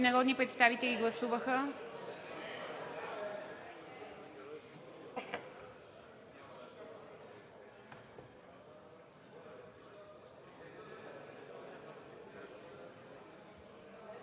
народни представители гласуваха?